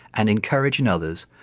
and encourage in others,